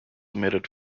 omitted